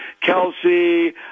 Kelsey